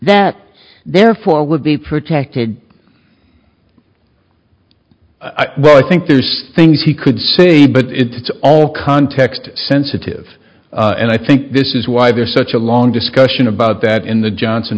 that therefore would be protected well i think there's things he could say but it's all context sensitive and i think this is why there's such a long discussion about that in the johnson